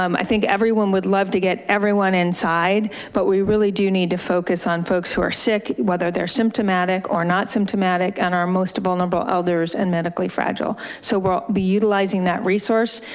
um i think everyone would love to get everyone inside. but we really do need to focus on folks who are sick, whether they're symptomatic or not symptomatic and our most vulnerable elders and medically fragile. so we'll be utilizing utilizing that resource.